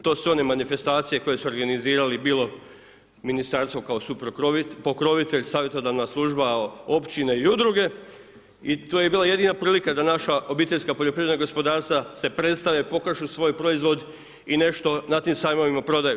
To su one manifestacije koje su organizirali bilo Ministarstvo kao supokrovitelj, savjetodavna služba, općine i udruge i to je bila jedina prilika da naša obiteljska poljoprivredna gospodarstva se predstave, pokažu svoje proizvod i nešto na tim sajmovima prodaju.